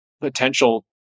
potential